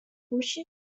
worship